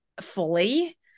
fully